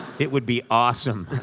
it would be awesome!